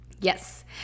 yes